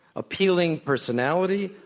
appealing personality,